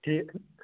ٹھیٖک